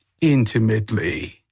intimately